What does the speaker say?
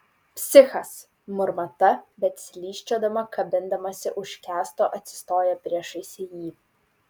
psichas murma ta bet slysčiodama kabindamasi už kęsto atsistoja priešais jį